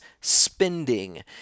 spending